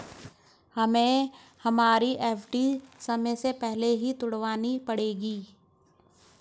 हमें हमारी एफ.डी समय से पहले ही तुड़वानी पड़ेगी